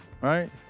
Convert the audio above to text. right